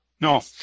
No